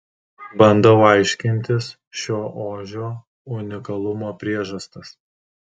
bandau aiškintis šio ožio unikalumo priežastis